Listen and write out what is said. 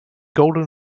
golden